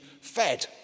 fed